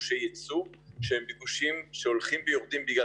לביקושי יצוא שהם ביקושים שהולכים ויורדים בגלל